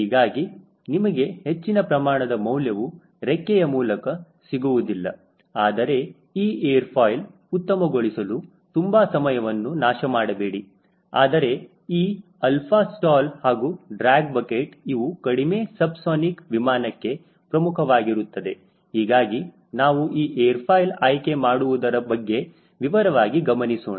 ಹೀಗಾಗಿ ನಿಮಗೆ ಹೆಚ್ಚಿನ ಪ್ರಮಾಣದ ಮೌಲ್ಯವು ರೆಕ್ಕೆಯ ಮೂಲಕ ಸಿಗುವುದಿಲ್ಲ ಆದರೆ ಈ ಏರ್ ಫಾಯಿಲ್ ಉತ್ತಮಗೊಳಿಸಲು ತುಂಬಾ ಸಮಯವನ್ನು ನಾಶ ಮಾಡಬೇಡಿ ಆದರೆ ಈ ಅಲ್ಪ ಸ್ಟಾಲ್ ಹಾಗೂ ಡ್ರ್ಯಾಗ್ ಬಕೆಟ್ ಇವೂ ಕಡಿಮೆ ಸಬ್ಸಾನಿಕ್ ವಿಮಾನಕ್ಕೆ ಪ್ರಮುಖವಾಗಿರುತ್ತದೆ ಹೀಗಾಗಿ ನಾವು ಈ ಏರ್ ಫಾಯಿಲ್ ಆಯ್ಕೆ ಮಾಡುವುದರ ಬಗ್ಗೆ ವಿವರವಾಗಿ ಗಮನಿಸೋಣ